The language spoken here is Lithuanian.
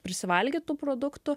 prisivalgyt tų produktų